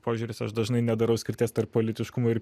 požiūris aš dažnai nedarau skirties tarp politiškumo ir